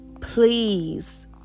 please